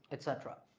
etc.